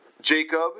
Jacob